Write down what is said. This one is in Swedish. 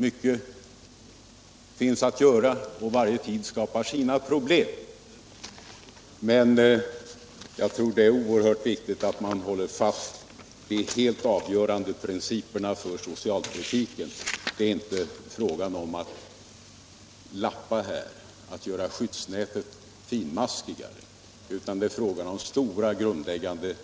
Mycket finns att göra, och varje tid skapar sina problem, men jag tror att det är oerhört viktigt att hålla fast vid de helt avgörande principerna för socialpolitiken. Det är inte fråga om att lappa och att göra skyddsnätet finmaskigare, utan det är fortfarande fråga om grundläggande